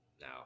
now